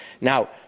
Now